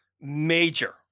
major